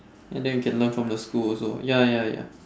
and then you can learn from the school also ya ya ya